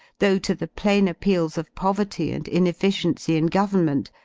though to the plain appeals of poverty and inefficiency in government,